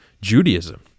Judaism